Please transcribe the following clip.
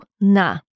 na